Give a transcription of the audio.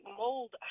mold